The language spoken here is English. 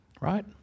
Right